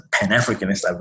Pan-Africanist